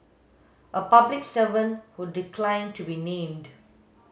a public servant who declined to be named